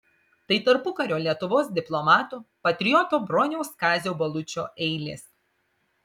tai tarpukario lietuvos diplomato patrioto broniaus kazio balučio eilės